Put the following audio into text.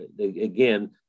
again